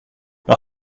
par